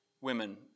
women